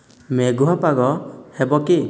ମେଘୁଆ ପାଗ ହେବ କି